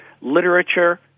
literature